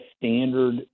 standard